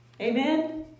amen